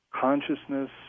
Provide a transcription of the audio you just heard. consciousness